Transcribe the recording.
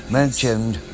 mentioned